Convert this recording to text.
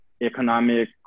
economic